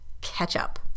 Ketchup